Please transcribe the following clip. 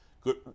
good